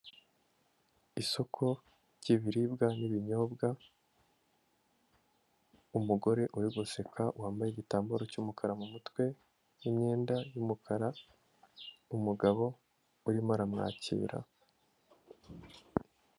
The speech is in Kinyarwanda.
Isoko ry'ibiribwa n'ibinyobwa, umugore uri guseka wambaye igitambaro cy'umukara mu mutwe n'imyenda y'umukara, umugabo urimo aramwakira.